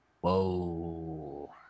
Whoa